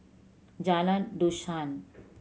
Jalan Dusun